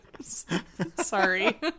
Sorry